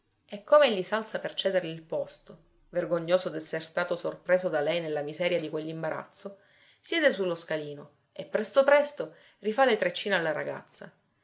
e com'egli si alza per cederle il posto vergognoso d'essere stato sorpreso da lei nella miseria di quell'imbarazzo siede sullo scalino e presto presto rifà le treccine alla ragazza